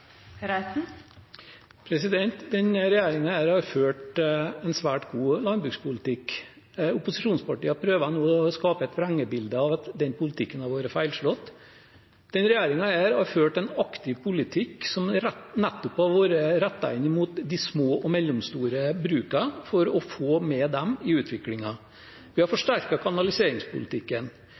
har ført en svært god landbrukspolitikk. Opposisjonspartiene prøver nå å skape et vrengebilde, at den politikken har vært feilslått. Denne regjeringen har ført en aktiv politikk som nettopp har vært rettet mot de små og mellomstore brukene for å få dem med i utviklingen. Vi har forsterket kanaliseringspolitikken,